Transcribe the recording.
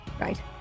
right